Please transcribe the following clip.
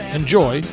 enjoy